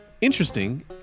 interesting